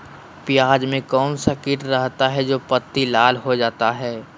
प्याज में कौन सा किट रहता है? जो पत्ती लाल हो जाता हैं